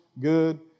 good